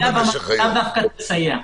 בבקשה.